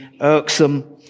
irksome